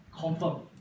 Confirm